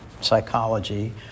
psychology